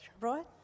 right